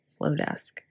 Flowdesk